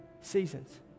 seasons